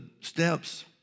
steps